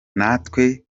natwe